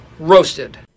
Roasted